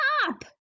Stop